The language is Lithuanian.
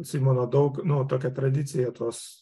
simono daug nu tokia tradicija tos